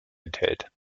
enthält